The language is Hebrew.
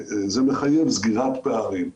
זה מחייב סגירת פערים.